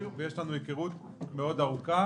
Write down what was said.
את הדברים ויש לנו היכרות מאוד ארוכה.